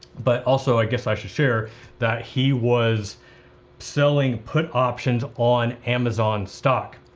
but also, i guess i should share that he was selling put options on amazon stock.